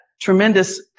tremendous